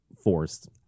Forced